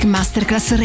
Masterclass